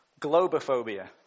Globophobia